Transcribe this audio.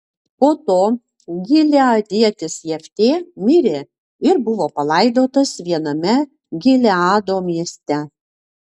po to gileadietis jeftė mirė ir buvo palaidotas viename gileado mieste